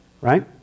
Right